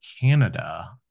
Canada